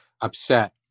upset